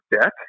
deck